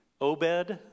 Obed